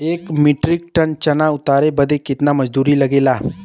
एक metric ton चना उतारे बदे कितना मजदूरी लगे ला?